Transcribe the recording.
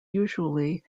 usually